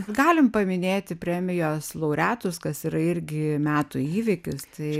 galim paminėti premijos laureatus kas yra irgi metų įvykis tai